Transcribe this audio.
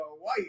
White